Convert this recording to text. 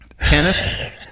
Kenneth